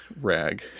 rag